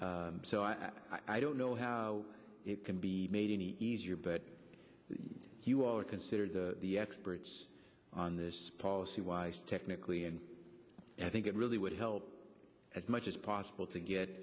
so i i don't know how it can be made any easier but you all are considered the experts on this policy wise technically and i think it really would help as much as possible to get